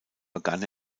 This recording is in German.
begann